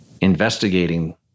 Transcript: investigating